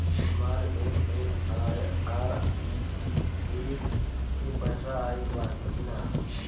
हमार एम.एन.आर.ई.जी.ए के पैसा आइल बा कि ना?